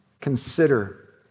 consider